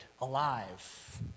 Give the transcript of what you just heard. alive